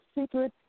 secret